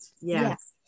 Yes